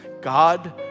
God